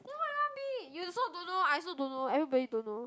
then what you want be you also don't know I also don't know everybody don't know